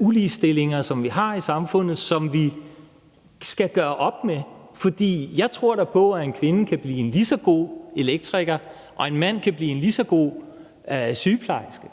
ulighed i samfundet, og den skal vi gøre op med. For jeg tror da på, at en kvinde kan blive en lige så god elektriker, og at en mand kan blive en lige så god sygeplejerske.